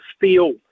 feel